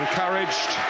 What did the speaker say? Encouraged